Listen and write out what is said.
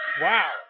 Wow